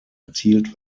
erzielt